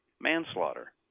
manslaughter